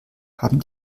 haben